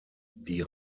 die